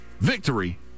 Victory